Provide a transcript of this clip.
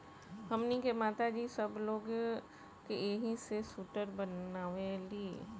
हमनी के माता जी सब लोग के एही से सूटर बनावेली